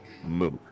move